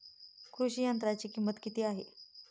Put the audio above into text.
कृषी यंत्राची किंमत किती आहे?